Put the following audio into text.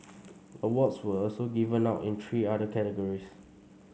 awards were also given out in three other categories